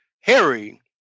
Harry